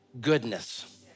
goodness